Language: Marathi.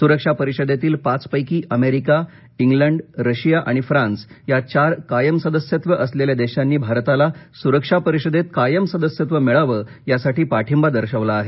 सुरक्षा परिषदेतील पाच पक्षी अमेरिका इंग्लंड रशिया आणि फ्रान्स या चार कायम सदस्यत्व असलेल्या देशांनी भारताला सुरक्षा परिषदेत कायम सदस्यत्व मिळावं यासाठी पाठींबा दर्शवला आहे